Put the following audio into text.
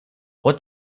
what